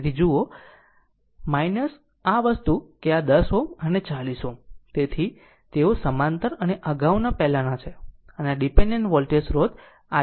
તેથી જુઓ આ વસ્તુ કે આ 10 Ω અને 40 Ω તેઓ સમાંતર અને અગાઉના પહેલાંના છે અને આ ડીપેન્ડેન્ટ વોલ્ટેજ સ્ત્રોત ix ix ' છે